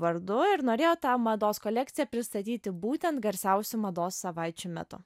vardu ir norėjo tą mados kolekciją pristatyti būtent garsiausių mados savaičių metu